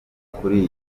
kuri